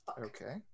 Okay